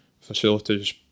Facilities